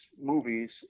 movies